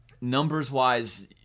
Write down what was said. Numbers-wise